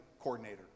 coordinator